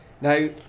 Now